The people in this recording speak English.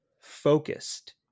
focused